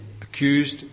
accused